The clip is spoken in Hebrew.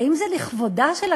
האם זה לכבודה של הכנסת,